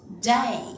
day